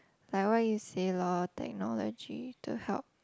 like what you said loh technology to help